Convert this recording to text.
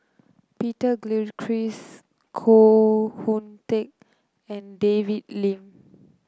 Peter Gilchrist Koh Hoon Teck and David Lim